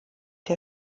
der